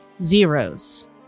Zeros